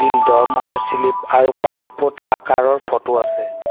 বিল দৰমহাৰ স্লিপ আৰু পাছপোৰ্ট আকাৰৰ ফটো আছে